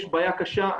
יש בעיה קשה.